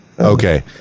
Okay